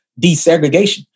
desegregation